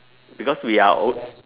because we are old